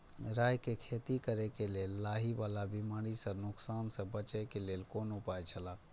राय के खेती करे के लेल लाहि वाला बिमारी स नुकसान स बचे के लेल कोन उपाय छला?